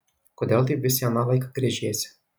kodėl taip vis į aną laiką gręžiesi